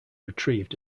retrieved